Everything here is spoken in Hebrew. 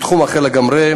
בתחום אחר לגמרי,